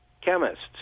chemists